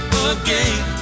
again